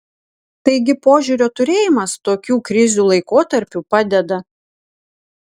taigi požiūrio turėjimas tokių krizių laikotarpiu padeda